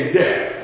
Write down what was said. death